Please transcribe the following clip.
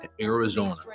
Arizona